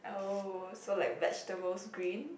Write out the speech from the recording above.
oh so like vegetables green